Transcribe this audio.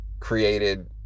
Created